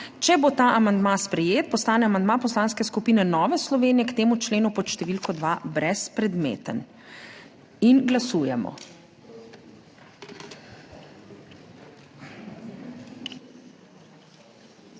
Če bo ta amandma sprejet, postane amandma Poslanske skupine Nova Slovenija k temu členu pod številko 2 brezpredmeten. Glasujemo.